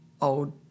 old